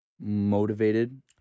motivated